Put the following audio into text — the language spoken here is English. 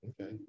Okay